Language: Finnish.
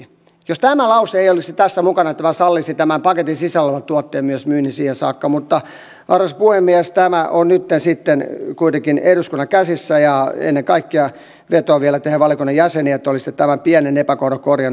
jos tämä lause ei olisi tässä mukana tämä sallisi myös tämän paketin sisällä olevan tuotteen myynnin siihen saakka mutta arvoisa puhemies tämä on nytten sitten kuitenkin eduskunnan käsissä ja ennen kaikkea vetoan vielä teihin valiokunnan jäseniin että olisitte tämän pienen epäkohdan korjanneet niin olisi tämä kohtuusnäkökulma tullut tässä huomioitua